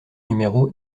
numéro